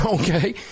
Okay